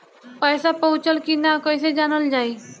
पैसा पहुचल की न कैसे जानल जाइ?